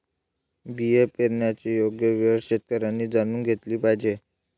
बिया पेरण्याची योग्य वेळ शेतकऱ्यांनी जाणून घेतली पाहिजे